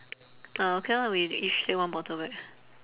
ah okay lah we each take one bottle back